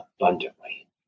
abundantly